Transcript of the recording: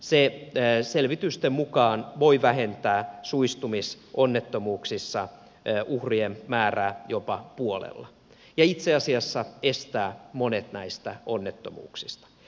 se selvitysten mukaan voi vähentää suistumisonnettomuuksissa uhrien määrää jopa puolella ja itse asiassa estää monet näistä onnettomuuksista